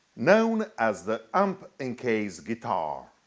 known as the amp-in-case guitar.